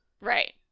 Right